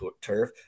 turf